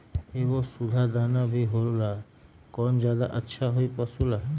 एगो सुधा दाना भी होला कौन ज्यादा अच्छा होई पशु ला?